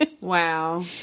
Wow